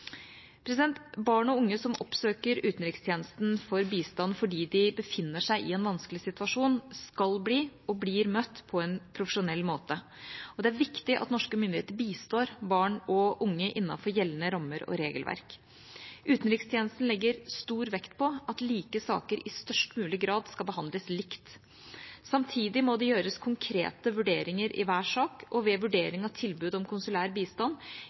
saker. Barn og unge som oppsøker utenrikstjenesten for bistand fordi de befinner seg i en vanskelig situasjon, skal bli og blir møtt på en profesjonell måte. Det er viktig at norske myndigheter bistår barn og unge innenfor gjeldende rammer og regelverk. Utenrikstjenesten legger stor vekt på at like saker i størst mulig grad skal behandles likt. Samtidig må det gjøres konkrete vurderinger i hver sak, og ved vurdering av tilbud om konsulær bistand